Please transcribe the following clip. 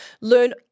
learn